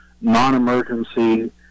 non-emergency